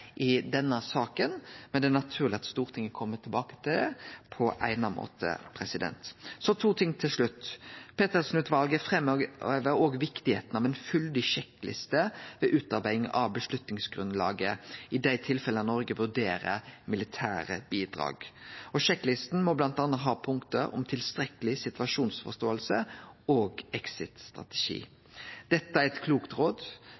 i denne saka, men det er naturleg at Stortinget kjem tilbake til det på eigna måte. Så to ting til slutt: Petersen-utvalet framheva viktigheita av ei fyldig sjekkliste ved utarbeidinga av grunnlaget for avgjerd i dei tilfella Noreg vurderer militære bidrag. Sjekklista må bl.a. ha punkt om tilstrekkeleg situasjonsforståing og exit-strategi. Dette er eit klokt råd,